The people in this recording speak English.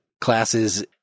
classes